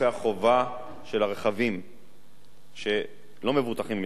של הרכבים שלא מבוטחים במסגרת "הפול":